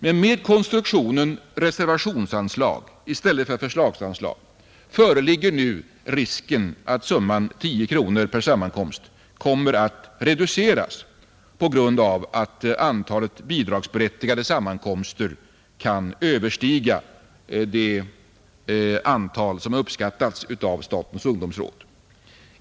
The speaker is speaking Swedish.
Men med konstruktionen reservationsanslag i stället för förslagsanslag föreligger nu risken att summan 10 kronor per sammankomst kommer att reduceras på grund av att antalet bidragsberättigade sammankomster kan överstiga det antal som uppskattats av statens ungdomsråd.